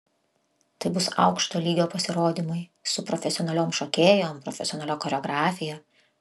tai bus aukšto lygio pasirodymai su profesionaliom šokėjom profesionalia choreografija